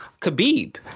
khabib